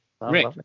Rick